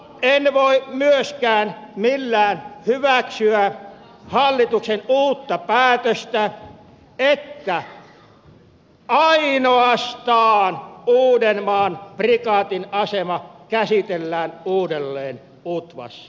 en voi myöskään millään hyväksyä hallituksen uutta päätöstä että ainoastaan uudenmaan prikaatin asema käsitellään uudelleen utvassa